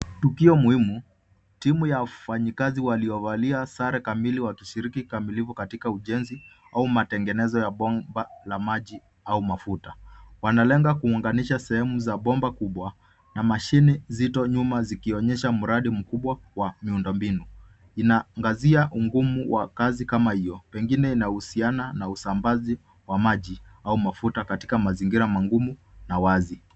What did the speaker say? Tukio muhimu, timu ya wafanyikazi waliovalia sare kamili wakishiriki kikamilifu katika ujenzi au matengenezo ya bomba la maji au mafuta. Wanalenga kuunganisha sehemu za bomba kubwa, na mashine nzito nyuma zikionyesha mradi mkubwa wa miundombinu. Inaangazia ungumu wa kazi kama hiyo. Pengine inahusiana na usambazi wa maji au mafuta katika mazingira magumu na wazi.